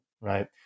right